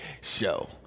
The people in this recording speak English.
show